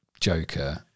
joker